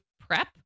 prep